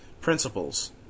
Principles